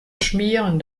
schmieren